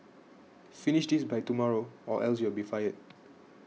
finish this by tomorrow or else you'll be fired